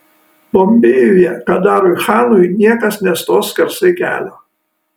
bombėjuje kadarui chanui niekas nestos skersai kelio